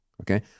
okay